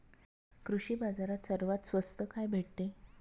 कृषी बाजारात सर्वात स्वस्त काय भेटते?